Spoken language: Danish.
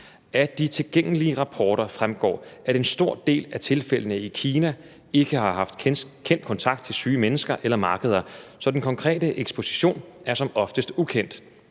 Af de tilgængelige rapporter fremgår, at en stor del af tilfældene i Kina ikke har haft kendt kontakt til syge mennesker eller markeder, så den konkrete eksposition er som oftest ukendt.